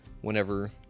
whenever